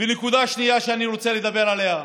ונקודה שנייה שאני רוצה לדבר עליה: